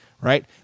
Right